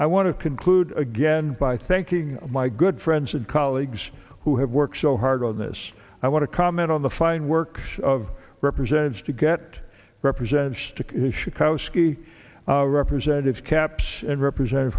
i want to conclude again by thanking my good friends and colleagues who have worked so hard on this i want to comment on the fine work of represents to get represents to kisha koski representative caps and represent